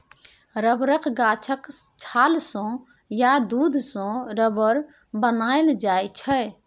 रबरक गाछक छाल सँ या दुध सँ रबर बनाएल जाइ छै